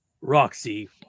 Roxy